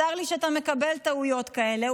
צר לי שאתה מקבל טעויות כאלה.